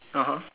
(uh huh)